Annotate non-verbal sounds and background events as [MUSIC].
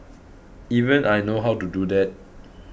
[NOISE] even I know how to do that